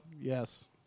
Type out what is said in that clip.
Yes